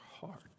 heart